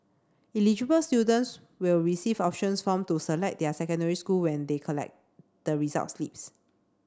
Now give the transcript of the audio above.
eligible students will receive options form to select their secondary school when they collect the result slips